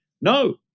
no